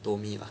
told me lah